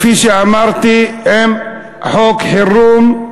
כפי שאמרתי, עם חוק חירום,